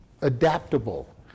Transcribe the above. adaptable